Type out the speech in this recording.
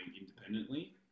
independently